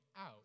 out